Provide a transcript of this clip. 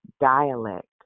dialect